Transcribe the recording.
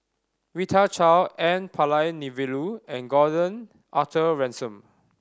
Rita Chao N Palanivelu and Gordon Arthur Ransome